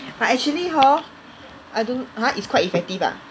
but actually hor I don't !huh! it's quite effective ah